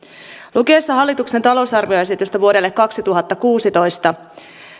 lukiessa hallituksen talousarvioesitystä vuodelle kaksituhattakuusitoista